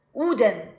wooden